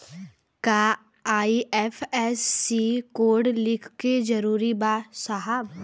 का IFSC code लिखल जरूरी बा साहब?